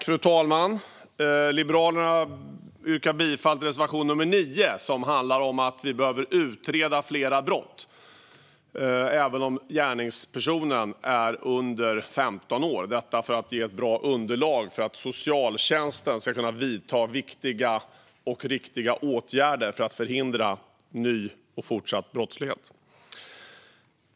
Fru talman! Jag yrkar bifall till reservation 9, som handlar om att vi behöver utreda fler brott, även om gärningspersonen är under 15 år, för att ge ett bra underlag för att socialtjänsten ska kunna vidta viktiga och riktiga åtgärder för att förhindra ny och fortsatt brottslighet.